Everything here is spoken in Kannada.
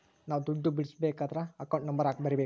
ನಾವ್ ದುಡ್ಡು ಬಿಡ್ಸ್ಕೊಬೇಕದ್ರ ಅಕೌಂಟ್ ನಂಬರ್ ಬರೀಬೇಕು